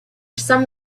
some